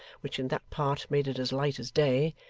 which in that part made it as light as day,